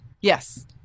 Yes